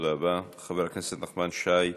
חבר הכנסת נחמן שי,